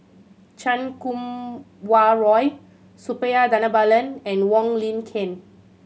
Chan Kum Wah Roy Suppiah Dhanabalan and Wong Lin Ken